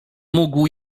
mógł